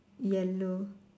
yellow